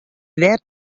wer